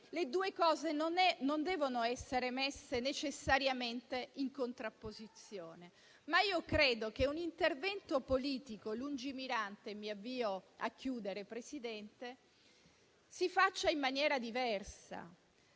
le due cose non devono essere messe necessariamente in contrapposizione. Credo che un intervento politico lungimirante - mi avvio a concludere, Presidente - si faccia in maniera diversa